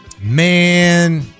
Man